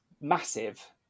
massive